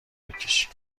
بکشی